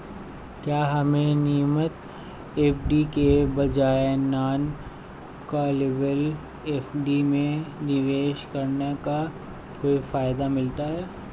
क्या हमें नियमित एफ.डी के बजाय नॉन कॉलेबल एफ.डी में निवेश करने का कोई फायदा मिलता है?